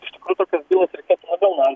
iš tikrųjų tokias bylas reikėtų labiau lai